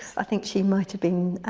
i think she might have been